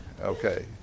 okay